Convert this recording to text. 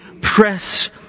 press